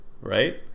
right